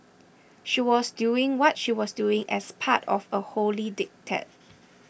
she was doing what she was doing as part of a holy diktat